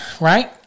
right